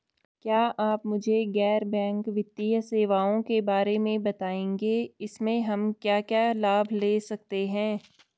क्या आप मुझे गैर बैंक वित्तीय सेवाओं के बारे में बताएँगे इसमें हम क्या क्या लाभ ले सकते हैं?